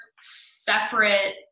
separate